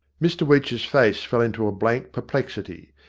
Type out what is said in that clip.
mr weech's face fell into a blank perplex ity.